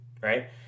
right